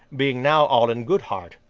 being now all in good heart,